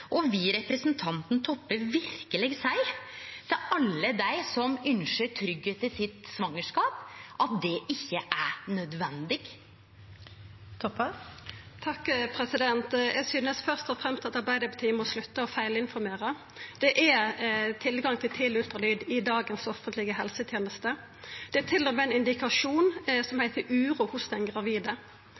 Og vil representanten Toppe verkeleg seie til alle dei som ynskjer tryggleik i svangerskapet, at det ikkje er nødvendig? Eg synest først og fremst at Arbeidarpartiet må slutta å feilinformera. Det er tilgang til tidleg ultralyd i den offentlege helsetenesta i dag. Det er til og med ein indikasjon som heiter «uro hos den gravide».